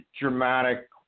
dramatic